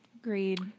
Agreed